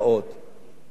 ואני אומר לך,